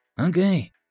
okay